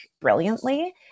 brilliantly